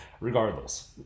regardless